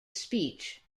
speech